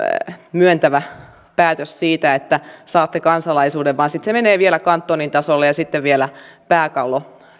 myöntävä päätös siitä että saatte kansalaisuuden vaan sitten se menee vielä kantonin tasolle ja sitten vielä pääkallotasolle